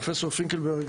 פרופסור פינקלברג,